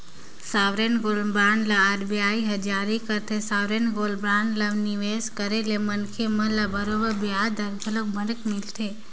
sovereign gold bond ल RBI हर जारी करथे, सॉवरेन गोल्ड बांड म निवेस करे ले मनखे मन ल बरोबर बियाज दर घलोक बने मिलथे